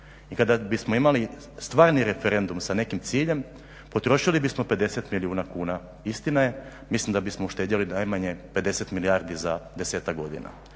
I kada bismo imali stvarni referendum sa nekim ciljem potrošili bismo 50 milijuna kuna. Istina je, mislim da bismo uštedjeli najmanje 50 milijardi za desetak godina